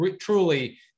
truly